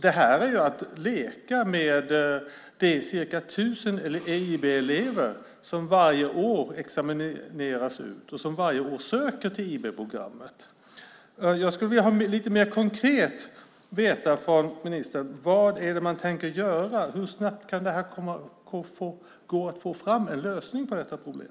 Det här är ju att leka med de ca 1 000 IB-elever som varje år söker till och varje år utexamineras från IB-programmet. Jag skulle vilja höra lite mer konkret från ministern vad man tänker göra. Hur snabbt kan det gå att få fram en lösning på detta problem?